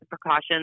precautions